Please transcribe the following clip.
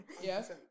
yes